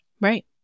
Right